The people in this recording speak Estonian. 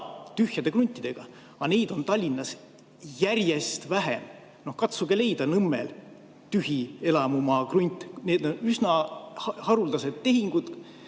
tühjade kruntidega. Aga neid on Tallinnas järjest vähem. Katsuge leida Nõmmel tühi elamumaa krunt! Need on üsna haruldased tehingud,